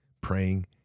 praying